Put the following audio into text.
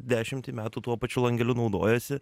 dešimtį metų tuo pačiu langeliu naudojasi